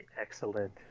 excellent